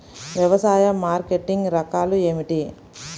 వ్యవసాయ మార్కెటింగ్ రకాలు ఏమిటి?